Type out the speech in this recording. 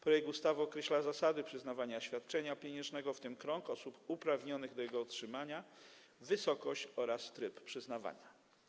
Projekt ustawy określa zasady przyznawania świadczenia pieniężnego, w tym krąg osób uprawnionych do jego otrzymania, wysokość oraz tryb przyznawania.